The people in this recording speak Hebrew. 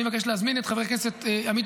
אני מבקש להזמין את חבר הכנסת עמית